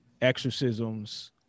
exorcisms